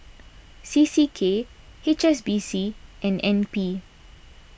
C C K H S B C and N P